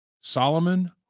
Solomon